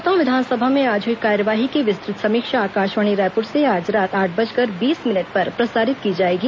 श्रोता विधानसभा में आज हुई कार्यवाही की विस्तृत समीक्षा आकाशवाणी रायपूर से आज रात आठ बजकर बीस मिनट पर प्रसारित की जाएगी